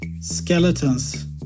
Skeletons